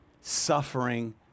suffering